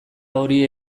hori